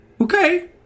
Okay